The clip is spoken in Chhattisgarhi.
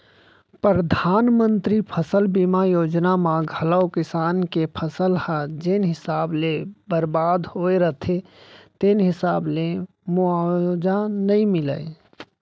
परधानमंतरी फसल बीमा योजना म घलौ किसान के फसल ह जेन हिसाब ले बरबाद होय रथे तेन हिसाब ले मुवावजा नइ मिलय